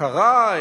קרא,